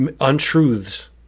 untruths